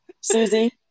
Susie